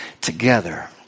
together